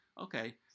okay